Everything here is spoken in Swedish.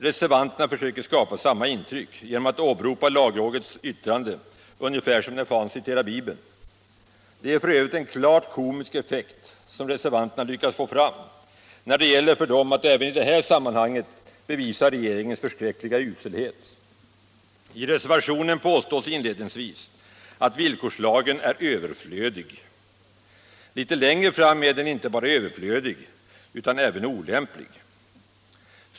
Reservanterna försöker skapa samma intryck genom att åberopa lagrådets yttrande ungefär som när fan citerar bibeln. Det är f.ö. en klart komisk effekt som reservanterna lyckas få fram när det gäller för dem att även i detta sammanhang bevisa regeringens förskräckliga uselhet. I reservationen påstås inledningsvis att villkorslage överflödig”. Litet längre fram är den inte bara ”överflödig” utan även ”olämplig”.